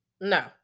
No